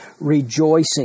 rejoicing